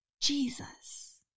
Jesus